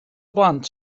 blant